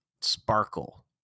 sparkle